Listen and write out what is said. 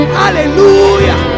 hallelujah